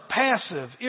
passive